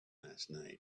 again